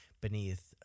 beneath